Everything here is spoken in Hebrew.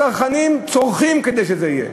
הצרכנים צורחים כדי שזה יהיה.